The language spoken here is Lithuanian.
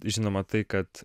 žinoma tai kad